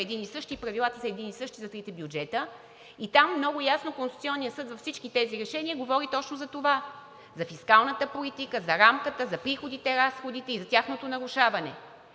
един и същ и правилата са едни и същи за трите бюджета. Много ясно Конституционният съд във всички тези решения говори точно за това – за фискалната политика, за рамката, за приходите, разходите и за тяхното нарушаване,